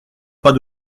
pas